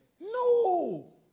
No